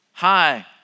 Hi